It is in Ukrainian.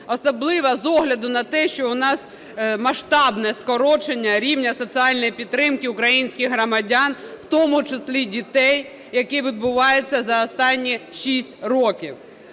Особливо з огляду на те, що в нас масштабне скорочення рівня соціальної підтримки українських громадян, в тому числі дітей, яке відбувається за останні 6 років.